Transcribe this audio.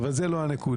אבל זאת לא הנקודה.